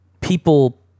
people